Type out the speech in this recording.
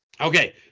okay